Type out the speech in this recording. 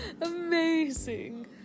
Amazing